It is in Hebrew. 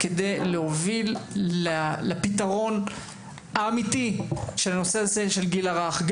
כדי למצוא פתרון אמיתי לנושא הזה של הגיל הרך.